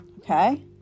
okay